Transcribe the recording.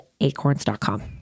acorns.com